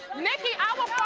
nikki i will